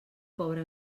pobre